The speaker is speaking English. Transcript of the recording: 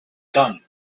gun